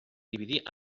dividir